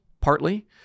partly